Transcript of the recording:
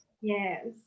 Yes